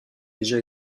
déjà